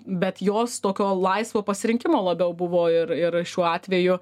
bet jos tokio laisvo pasirinkimo labiau buvo ir šiuo atveju